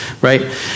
right